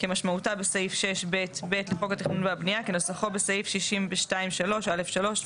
כמשמעותה בסעיף 6(ב)(ב) לחוק התכנון והבנייה כנוסחו בסעיף 62(3)(א3)